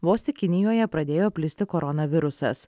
vos tik kinijoje pradėjo plisti koronavirusas